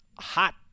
hot